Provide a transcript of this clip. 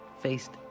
faced